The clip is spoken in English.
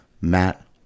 Matt